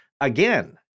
again